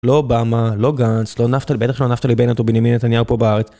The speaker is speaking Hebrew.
לא אובמה, לא גנץ, לא נפתלי, בטח לא נפתלי בנט ובנימין נתניהו פה בארץ